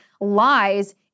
lies